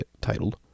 titled